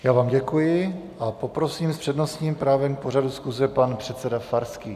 Já vám děkuji a poprosím s přednostním právem k pořadu schůze pana předsedu Farského.